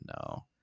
no